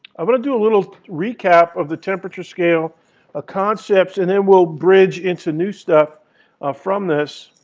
i want to do a little recap of the temperature scale ah concepts. and then we'll bridge into new stuff from this.